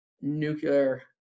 nuclear